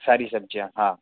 सारी सब्ज़ियाँ हाँ